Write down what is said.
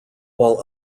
while